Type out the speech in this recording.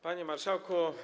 Panie Marszałku!